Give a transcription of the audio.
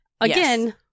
Again